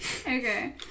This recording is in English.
Okay